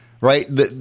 right